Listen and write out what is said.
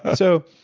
so,